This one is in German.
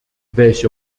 welche